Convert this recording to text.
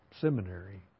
Seminary